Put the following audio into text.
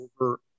over